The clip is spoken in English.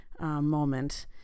moment